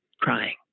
crying